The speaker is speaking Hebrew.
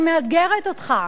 אני מאתגרת אותך.